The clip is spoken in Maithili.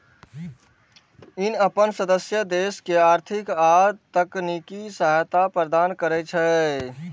ई अपन सदस्य देश के आर्थिक आ तकनीकी सहायता प्रदान करै छै